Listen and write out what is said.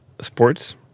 sports